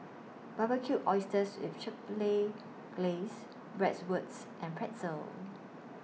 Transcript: Barbecued Oysters with Chipotle Glaze Bratwurst and Pretzel